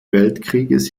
weltkrieges